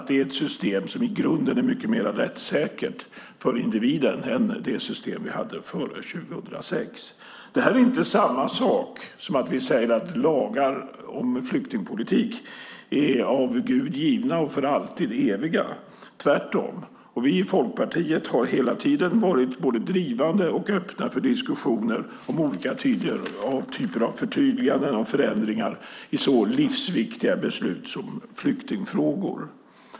Det är ett system som i grunden är mycket mer rättssäkert för individen än det system som vi hade före 2006. Det är inte samma sak som att vi säger att lagar om flyktingpolitik är av Gud givna och eviga - tvärtom. Vi i Folkpartiet har hela tiden varit både drivande och öppna för diskussioner om olika typer av förtydliganden och om förändringar i så livsviktiga beslut som flyktingfrågor.